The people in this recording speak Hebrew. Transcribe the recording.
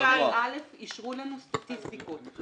אישרו לנו את סטטיסטיקות.